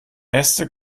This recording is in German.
äste